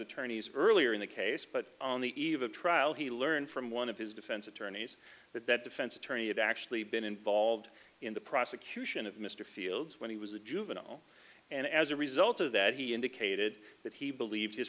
attorneys earlier in the case but on the eve of trial he learned from one of his defense attorneys that that defense attorney had actually been involved in the prosecution of mr fields when he was a juvenile and as a result of that he indicated that he believed his